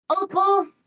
Opal